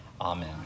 Amen